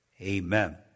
amen